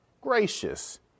gracious